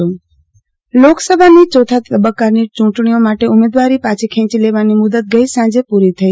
આરતી ભદ્દ લોકસભા ચૂંટણી લોકસભાની ચોથા તબકકાની ચુંટણીઓ માટે ઉમેદવારી પાછી ખેંચી લેવાની મુદત ગઈ સાંજે પુરી થઈ